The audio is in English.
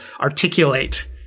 articulate